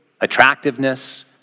attractiveness